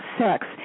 sex